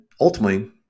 ultimately